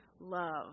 love